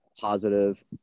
positive